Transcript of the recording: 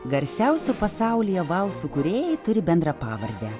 garsiausi pasaulyje valsų kūrėjai turi bendrą pavardę